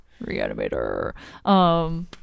Reanimator